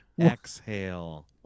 Exhale